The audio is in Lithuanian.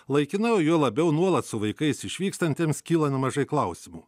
laikinai o juo labiau nuolat su vaikais išvykstantiems kyla nemažai klausimų